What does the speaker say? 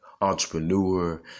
entrepreneur